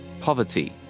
poverty